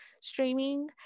streaming